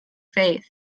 faith